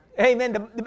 Amen